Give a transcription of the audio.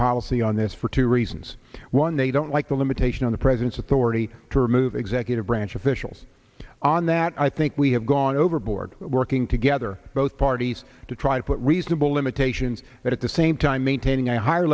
policy on this for two reasons one they don't like the limitation on the president's authority to remove executive branch officials on that i think we have gone overboard working together both parties to try to put reasonable limitations but at the same time maintaining a higher